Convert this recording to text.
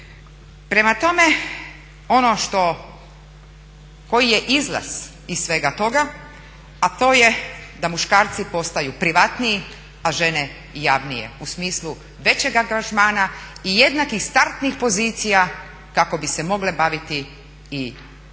Prema tome, koji je izlaz iz svega toga, to je da muškarci postaju privatniji a žene javnije u smislu većeg angažmana i jednakih startnih pozicija kako bi se mogle baviti i svojom